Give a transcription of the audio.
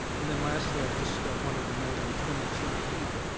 and then lastly, i just wanted to note on twenty two p,